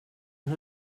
and